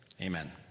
Amen